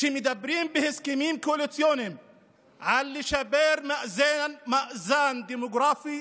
כשמדברים בהסכמים קואליציוניים על לשפר מאזן דמוגרפי,